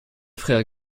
frères